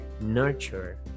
nurture